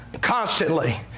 constantly